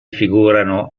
figurano